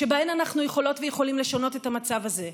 שבהן אנחנו יכולות ויכולים לשנות את המצב הזה.